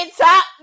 top